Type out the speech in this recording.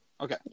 Okay